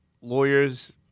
lawyers